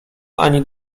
ani